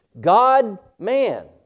God-man